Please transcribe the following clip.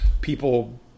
People